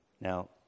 Now